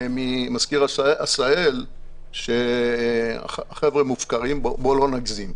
מזכיר עשהאל, שהחבר'ה מופקרים אבל בואו לא נגזים.